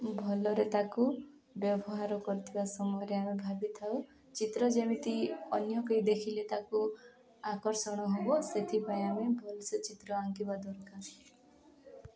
ଭଲରେ ତାକୁ ବ୍ୟବହାର କରିଥିବା ସମୟରେ ଆମେ ଭାବିଥାଉ ଚିତ୍ର ଯେମିତି ଅନ୍ୟ କେହି ଦେଖିଲେ ତାକୁ ଆକର୍ଷଣ ହବ ସେଥିପାଇଁ ଆମେ ଭଲ ସେ ଚିତ୍ର ଆଙ୍କିବା ଦରକାର